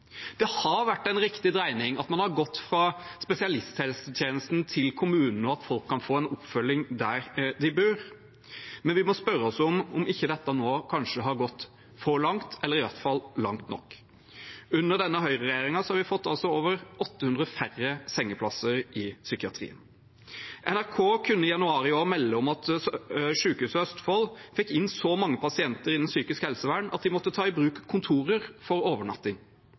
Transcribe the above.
Det har vært en riktig dreining at man har gått fra spesialisthelsetjenesten til kommunen, og at folk kan få en oppfølging der de bor, men vi må spørre oss om ikke dette nå kanskje har gått for langt, eller i hvert fall langt nok. Under denne høyreregjeringen har vi altså fått 800 færre sengeplasser i psykiatrien. NRK kunne i januar i år melde om at Sykehuset Østfold fikk inn så mange pasienter innen psykisk helsevern at de måtte ta i bruk kontorer for overnatting.